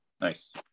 Nice